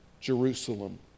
Jerusalem